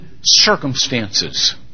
circumstances